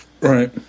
Right